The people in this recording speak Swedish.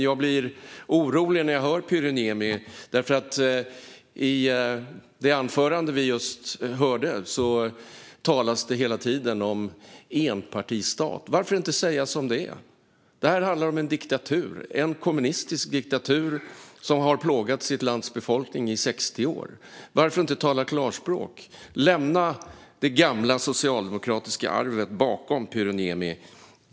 Jag blir orolig när jag hör Pyry Niemi, för i det anförande vi just hörde talade han hela tiden om enpartistat. Varför inte säga som det är? Det handlar om en diktatur, en kommunistisk diktatur, som har plågat sitt lands befolkning i 60 år. Varför inte tala klarspråk? Lämna det gamla socialdemokratiska arvet bakom dig, Pyry Niemi!